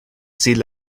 ziel